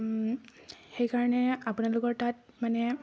সেইকাৰণে আপোনালোকৰ তাত মানে